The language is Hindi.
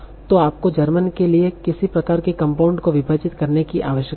तो आपको जर्मन के लिए किसी प्रकार के कंपाउंड को विभाजित करने की आवश्यकता है